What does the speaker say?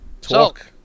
Talk